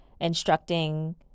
instructing